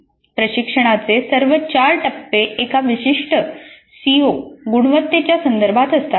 प्रशिक्षणाचे सर्व 4 टप्पे एका विशिष्ट सीओ गुणवत्तेच्या संदर्भात असतात